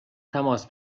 تماس